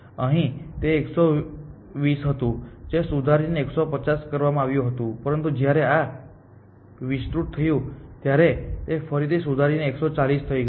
અહીં તે 120 હતું જે સુધારીને 150 કરવામાં આવ્યું હતું પરંતુ જ્યારે આ વિસ્તૃત થયું ત્યારે તે ફરીથી સુધારીને 140 થઈ ગયું